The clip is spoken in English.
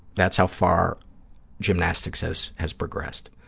that's how far gymnastics is, has progressed.